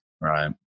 Right